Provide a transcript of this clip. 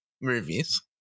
movies